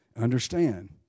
understand